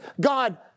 God